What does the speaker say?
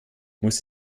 muss